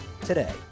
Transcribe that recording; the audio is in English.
today